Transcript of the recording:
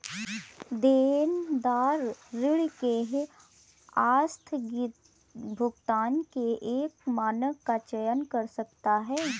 देनदार ऋण के आस्थगित भुगतान के एक मानक का चयन कर सकता है